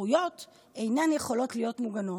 הזכויות אינן יכולות להיות מוגנות.